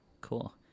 Cool